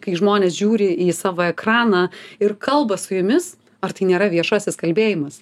kai žmonės žiūri į savo ekraną ir kalba su jumis ar tai nėra viešasis kalbėjimas